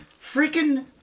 Freaking